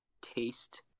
taste